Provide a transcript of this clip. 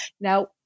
Now